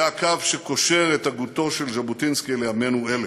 זה הקו שקושר את הגותו של ז'בוטינסקי לימינו אלה.